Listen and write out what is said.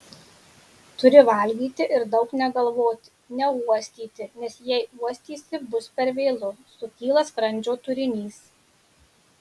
turi valgyti ir daug negalvoti neuostyti nes jei uostysi bus per vėlu sukyla skrandžio turinys